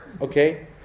okay